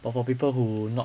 but for people who not